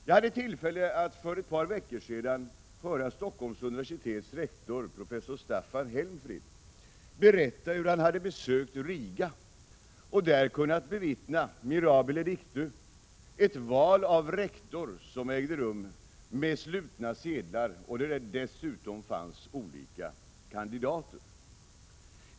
Jag hade tillfälle att för ett par veckor sedan höra Stockholms universitets rektor professor Staffan Helmfrid berätta att han hade besökt Riga och där kunnat bevittna, mirabile dictu, ett val av rektor som ägde rum med slutna sedlar, och där det dessutom fanns olika kandidater.